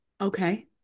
Okay